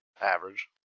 Average